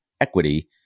Equity